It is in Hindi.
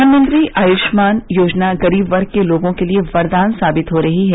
प्रधानमंत्री आयष्मान योजना गरीब वर्ग के लोगों के लिए वरदान साबित हो रही है